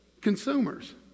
Consumers